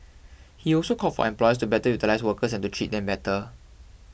he also called for employers to better utilise workers and to treat them better